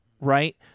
right